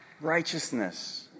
righteousness